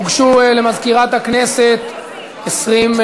הוגשו למזכירת הכנסת 20,